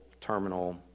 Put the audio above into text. terminal